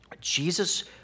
Jesus